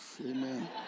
Amen